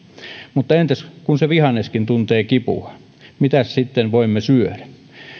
mutta entäs kun se vihanneskin tuntee kipua mitäs sitten voimme syödä